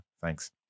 thanks